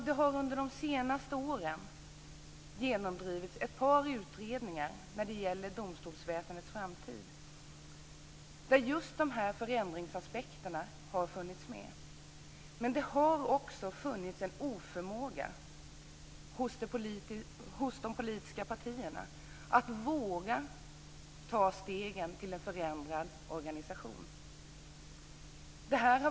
Det har under de senaste åren genomdrivits ett par utredningar när det gäller domstolsväsendets framtid, där just dessa förändringsaspekter har funnits med. Men det har också funnits en oförmåga hos de politiska partierna att våga ta stegen till en förändrad organisation.